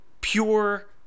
pure